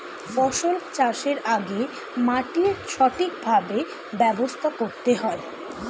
ফসল চাষের আগে মাটির সঠিকভাবে ব্যবস্থা করতে হয়